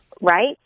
right